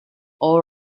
all